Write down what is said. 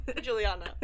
Juliana